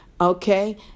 Okay